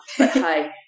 Okay